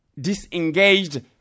disengaged